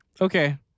Okay